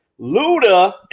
luda